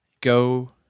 Go